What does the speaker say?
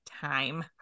time